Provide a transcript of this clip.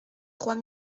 trois